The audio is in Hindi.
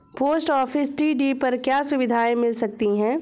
पोस्ट ऑफिस टी.डी पर क्या सुविधाएँ मिल सकती है?